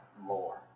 more